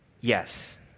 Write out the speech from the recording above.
yes